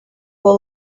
will